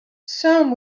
some